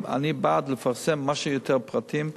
אני בעד לפרסם מה שיותר פרטים,